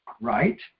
right